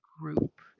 group